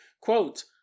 quote